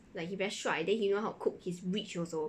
like he very 帅 then he know how to cook he's rich also